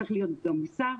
צריך להיות גם מצפון,